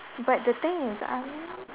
but the thing is I